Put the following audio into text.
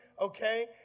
okay